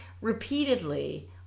repeatedly